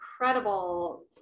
incredible